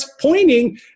pointing